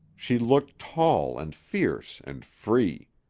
she looked tall and fierce and free.